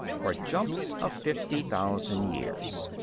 for jumps of fifty thousand years.